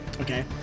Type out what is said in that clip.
Okay